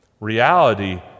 Reality